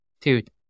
dude